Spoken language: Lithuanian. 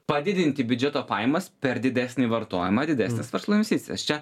padidinti biudžeto pajamas per didesnį vartojimą didesnes verslo investicijas čia